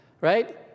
Right